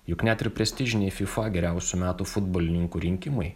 juk net ir prestižiniai fifa geriausių metų futbolininkų rinkimai